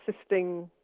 assisting